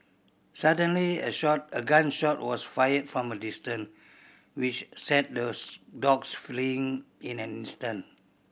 suddenly a shot a gun shot was fired from a distance which sent those dogs fleeing in an instant